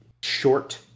short